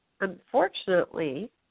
unfortunately